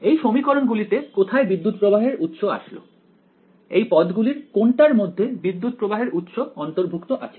এই সমীকরণ গুলিতে কোথায় বিদ্যুত্ প্রবাহের উৎস আসলো এই পদ গুলির কোনটার মধ্যে বিদ্যুত্ প্রবাহের উৎস অন্তর্ভুক্ত আছে